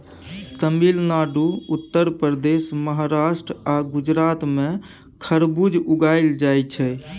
तमिलनाडु, उत्तर प्रदेश, महाराष्ट्र आ गुजरात मे खरबुज उगाएल जाइ छै